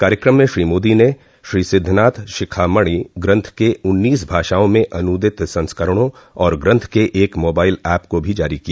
कार्यक्रम में श्री मोदी ने श्री सिद्धान्त शिखामणि ग्रन्थ के उन्नीस भाषाओं में अनूदित संस्करणो और ग्रन्थ के एक मोबाइल एप को भी जारी किया